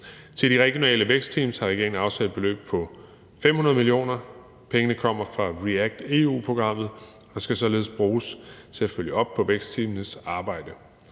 Til de regionale vækstteams har regeringen afsat et beløb på 500 mio. kr. Pengene kommer fra REACT-EU-programmet og skal således bruges til at følge op på vækstteamets arbejde.